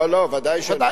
לא לא, ודאי שלא.